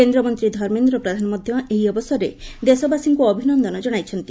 କେଦ୍ରମନ୍ତୀ ଧର୍ମେନ୍ଦ୍ର ପ୍ରଧାନ ମଧ୍ଧ ଏହି ଅବସରରେ ଦେଶବାସୀଙ୍କୁ ଅଭିନନ୍ଦନ ଜଣାଇଛନ୍ତି